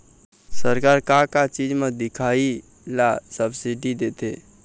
सरकार का का चीज म दिखाही ला सब्सिडी देथे?